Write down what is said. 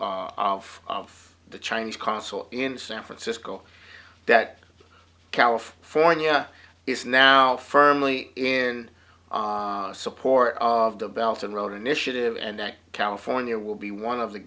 l of of the chinese consulate in san francisco that california is now firmly in support of the belton road initiative and that california will be one of the